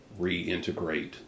reintegrate